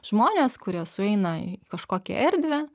žmonės kurie sueina į kažkokią erdvę